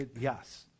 Yes